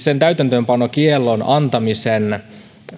sen täytäntöönpanokiellon antamisen